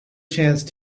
chance